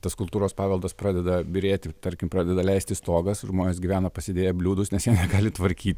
tas kultūros paveldas pradeda byrėti tarkim pradeda leisti stogas žmonės gyvena pasidėję bliūdus nes jie negali tvarkyt